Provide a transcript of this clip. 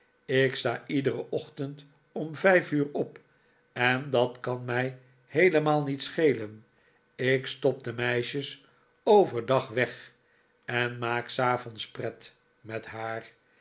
ik sta iederen ochtend om vijf uur op en dat kan mij heelemaal niet schelen ik stop de meisjes overdag weg en maak s avonds pret met haar